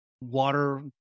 water